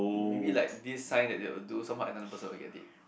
maybe like this sign that they will do somehow another person will get it